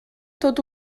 tot